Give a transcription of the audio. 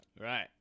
right